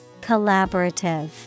Collaborative